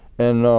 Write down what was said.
and